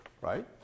right